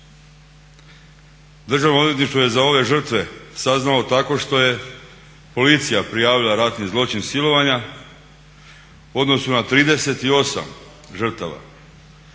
Državno odvjetništvo je za ove žrtve saznalo tako što je policija prijavila ratni zločin silovanja u odnosu na 38 žrtava.